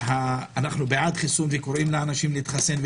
אנחנו בעד חיסון וקוראים לאנשים להתחסן,